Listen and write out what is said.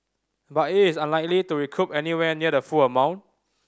but it is unlikely to recoup anywhere near the full amount